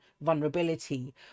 vulnerability